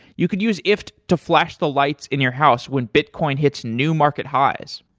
you could use ifttt to flash the lights in your house when bitcoin hits new market highs.